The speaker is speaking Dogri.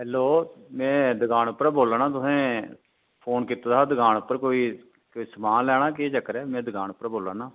हैलो मैं दकान उप्परां बोल्ला ना तुसें फोन कीते दा हा दकान उप्पर कोई समान लैना केह् चक्कर ऐ में दकान उप्परां बोल्ला ना